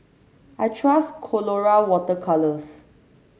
I trust Colora Water Colours